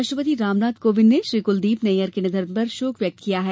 राष्ट्रपति रामनाथ कोविंद ने श्री क्लदीप नैय्यर के निधन पर शोक व्यक्त किया है